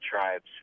tribes